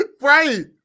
right